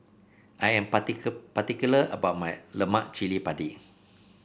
I am particular about my Lemak Cili Padi